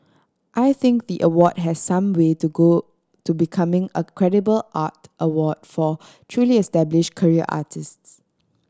I think the award has some way to go to becoming a credible art award for truly established career artists